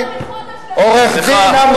עכשיו.